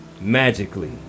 magically